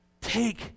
Take